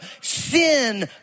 sin